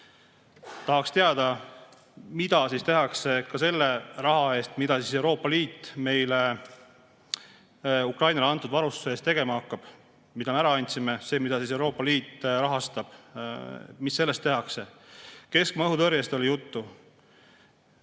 Tahaks teada, mida tehakse selle raha eest, mida Euroopa Liit meile Ukrainale antud varustuse eest andma hakkab. [Varustuse,] mida me ära andsime, see, mida siis Euroopa Liit rahastab. Mis sellega tehakse? Keskmaa õhutõrjest oli juttu.